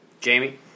Jamie